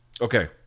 Okay